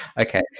Okay